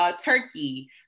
turkey